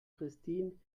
kerstin